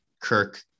Kirk